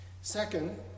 Second